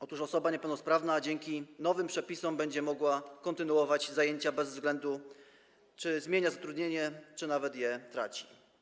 Otóż osoba niepełnosprawna dzięki nowym przepisom będzie mogła kontynuować zajęcia bez względu na to, czy zmienia zatrudnienie lub nawet je traci.